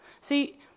See